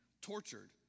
tortured